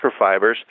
microfibers